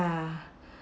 ah